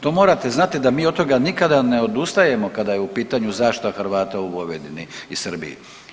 To morate znati da mi od toga nikada ne odustajemo kada je u pitanju zaštita Hrvata u Vojvodini i Srbiji.